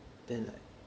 then like